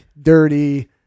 dirty